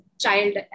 child